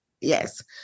Yes